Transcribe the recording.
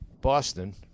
Boston